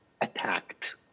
attacked